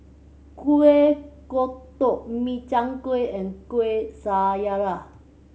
Kuih Kodok Min Chiang Kueh and Kuih Syara